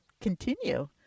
continue